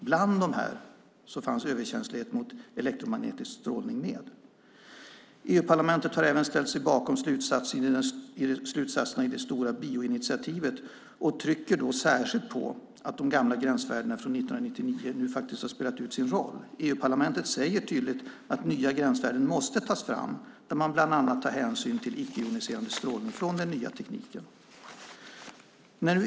Bland dem fanns överkänslighet mot elektromagnetisk strålning. EU-parlamentet har även ställt sig bakom slutsatserna i det stora bioinitiativet och trycker då särskilt på att de gamla gränsvärdena från 1999 nu faktiskt har spelat ut sin roll. EU-parlamentet säger tydligt att nya gränsvärden måste tas fram där man bland annat tar hänsyn till icke-joniserande strålning från den nya tekniken.